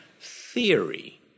theory